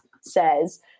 says